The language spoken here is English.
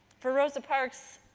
for rosa parks,